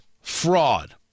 fraud